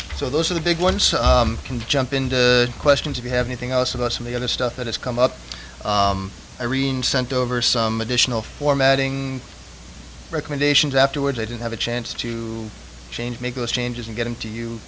so those are the big ones can jump into questions if you have anything else of us in the other stuff that has come up irene sent over some additional formatting recommendations afterwards i didn't have a chance to change make those changes and get into you